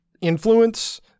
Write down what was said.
influence